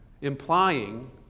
implying